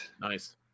Nice